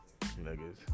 niggas